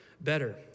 better